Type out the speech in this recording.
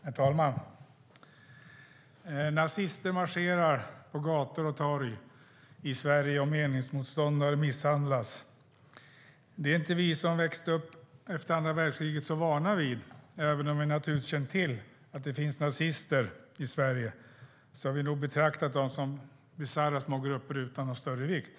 Herr talman! Nazister marscherar på gator och torg i Sverige, och meningsmotståndare misshandlas. Detta är inte vi som växte upp efter andra världskriget så vana vid. Även om vi naturligtvis känt till att det finns nazister i Sverige har vi nog betraktat dem som bisarra små grupper utan någon större vikt.